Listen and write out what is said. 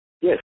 Yes